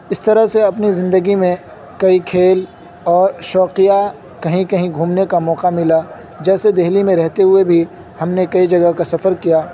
اس طرح سے اپنی زندگی میں کئی کھیل اور شوقیہ کہیں کہیں گھومنے کا موقع ملا جیسے دہلی میں رہتے ہوئے بھی ہم نے کئی جگہ کا سفر کیا